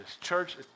Church